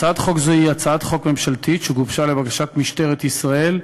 הצעת חוק זו היא הצעת חוק ממשלתית שגובשה לבקשת משטרת ישראל,